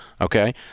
Okay